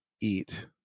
eat